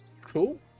Cool